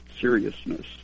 seriousness